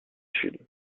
sud